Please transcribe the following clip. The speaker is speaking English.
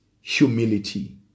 humility